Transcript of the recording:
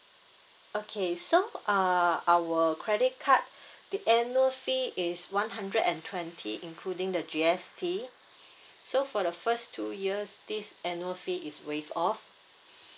okay so uh our credit card the annual fee is one hundred and twenty including the G_S_T so for the first two years this annual fee is waive off